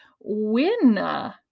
win